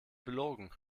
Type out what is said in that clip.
belogen